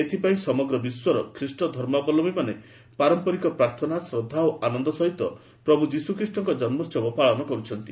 ଏଥିପାଇଁ ସମଗ୍ର ବିଶ୍ୱର ଖ୍ରୀଷ୍ଟଧର୍ମାବଲମ୍ଭୀମାନେ ପାରମ୍ପରିକ ପ୍ରାର୍ଥନା ଶ୍ରଦ୍ଧା ଓ ଆନନ୍ଦ ସହିତ ପ୍ରଭୁ ଯୀଶୁଖ୍ରୀଷ୍ଟଙ୍କ ଜନ୍ମୋହବ ପାଳନ କରୁଛନ୍ତି